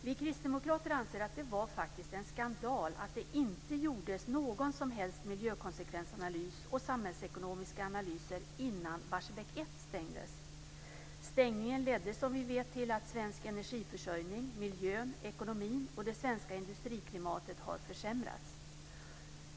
Vi kristdemokrater anser att det var en skandal att det inte gjordes någon som helst miljökonsekvensanalys och samhällsekonomiska analyser innan Barsebäck 1 stängdes. Stängningen ledde som vi vet till att svensk energiförsörjning, miljön, ekonomin och det svenska industriklimatet har försämrats.